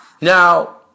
Now